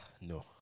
no